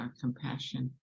compassion